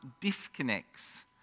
disconnects